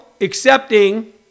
accepting